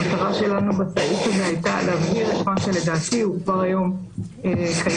המטרה שלנו בסעיף הזה הייתה להבהיר את מה שלדעתי כבר היום קיים.